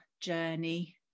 journey